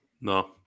No